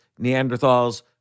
Neanderthals